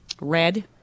Red